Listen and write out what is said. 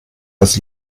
das